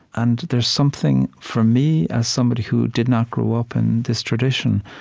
and there's something, for me, as somebody who did not grow up in this tradition,